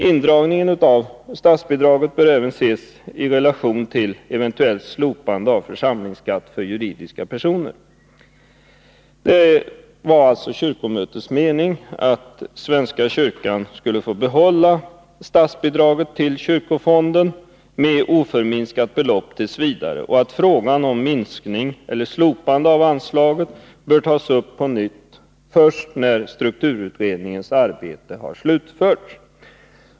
Indragningen av statsbidraget bör även ses i relation till eventuellt slopande av församlingsskatt för juridiska personer. Det var alltså kyrkomötets mening att svenska kyrkan skulle behålla statsbidraget till kyrkofonden med oförminskat belopp t. v. och att frågan om minskning eller slopande av anslaget borde tas upp på nytt först när strukturutredningens arbete slutförts.